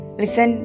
listen